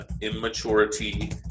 immaturity